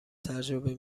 تجربه